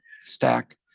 stack